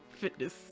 Fitness